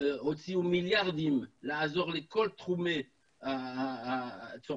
הוציאו מיליארדים לעזור לכל התחומים בצרפת,